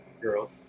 Girl